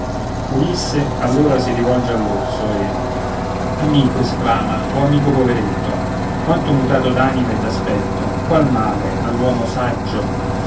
ulisse allora si rivolge all'orso e amico esclama o amico poveretto quanto mutato d'animo e d'aspetto qual male all'uomo saggio